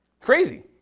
Crazy